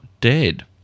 dead